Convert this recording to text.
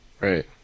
Right